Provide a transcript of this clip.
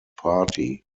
party